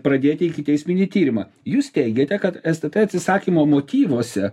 pradėti ikiteisminį tyrimą jūs teigiate kad s t t atsisakymo motyvuose